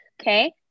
Okay